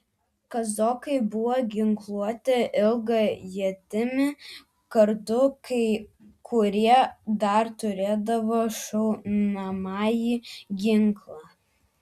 kazokai buvo ginkluoti ilga ietimi kardu kai kurie dar turėdavo šaunamąjį ginklą